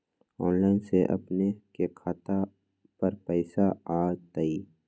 Online से अपने के खाता पर पैसा आ तई?